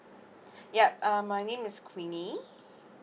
yup uh my name is queenie